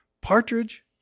Partridge